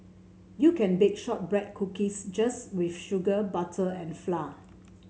you can bake shortbread cookies just with sugar butter and flour